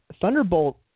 Thunderbolt